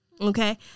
Okay